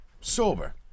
sober